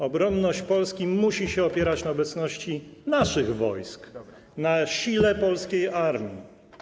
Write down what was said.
Obronność Polski musi się opierać na obecności naszych wojsk, na sile polskiej armii.